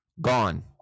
Gone